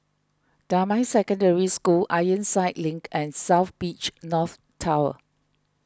Damai Secondary School Ironside Link and South Beach North Tower